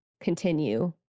continue